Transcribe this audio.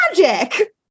magic